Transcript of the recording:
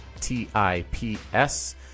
T-I-P-S